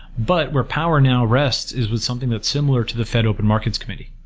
but where power now rests is with something that's similar to the fed open markets committee,